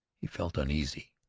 he felt uneasy.